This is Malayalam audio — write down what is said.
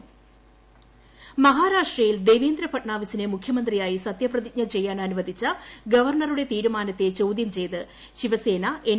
മഹാരാഷ്ട്ര സുപ്രീംകോടതി മഹാരാഷ്ട്രയിൽ ദേവേന്ദ്ര ഫട്നാവിസിനെ മുഖ്യമന്ത്രിയായി സത്യപ്രതിജ്ഞ ചെയ്യാൻ അനുവദിച്ച ഗവർണറുടെ തീരുമാനത്തെ ചോദ്യം ചെയ്ത് ശിവസേന എൻ